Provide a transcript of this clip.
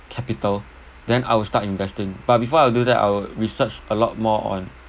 capital then I will start investing but before I do that I will research a lot more on